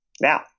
now